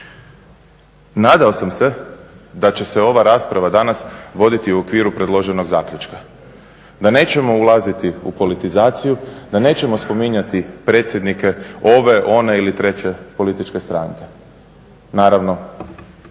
nadao sam se da će se ova rasprava danas voditi u okviru predloženog zaključka, da nećemo ulaziti u politizaciju, da nećemo spominjati predsjednike, ove one ili treće političke stranke, naravno